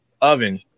oven